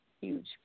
huge